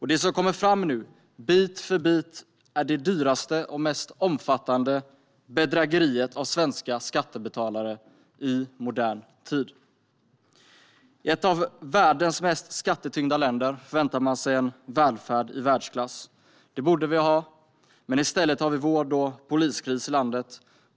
Det som kommer fram nu, bit för bit, är det dyraste och mest omfattande bedrägeriet på svenska skattebetalares bekostnad i modern tid. I ett av världens mest skattetyngda länder förväntar man sig en välfärd i världsklass. Det borde vi ha, men i stället har vi vård och poliskris i landet.